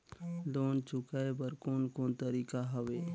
Loan चुकाए बर कोन कोन तरीका हवे?